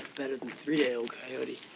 better than three-day-old coyote.